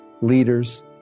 leaders